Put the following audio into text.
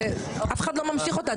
אף אחד לא ממשיך אותה.